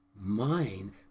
mind